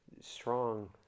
strong